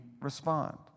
respond